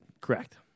Correct